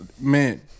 Man